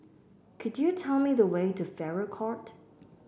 could you tell me the way to Farrer Court